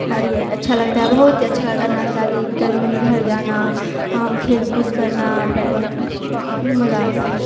اور یہ اچھا لگتا ہے بہت ہی اچھا لگتا ہے نانی دادی کے گرمیوں میں گھر جانا کھیل کود کرنا مزہ آتا ہے